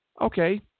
Okay